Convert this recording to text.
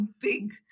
big